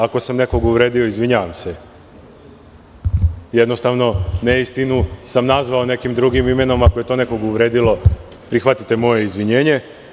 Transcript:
Ako sam nekog povredio izvinjavam se, jednostavno neistinu sam nazvao nekim drugim imenom i ako je to nekog uvredilo prihvatite moje izvinjenje.